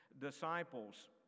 disciples